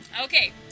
Okay